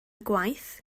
gwaith